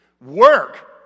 Work